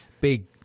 big